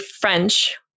French